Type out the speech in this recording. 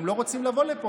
הם לא רוצים לבוא לפה,